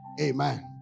Amen